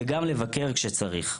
וגם לבקר וכשצריך,